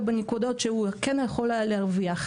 בנקודות שהוא כן היה יכול להרוויח?